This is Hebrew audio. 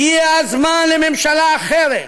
הגיע הזמן לממשלה אחרת,